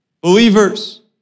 believers